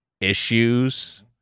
issues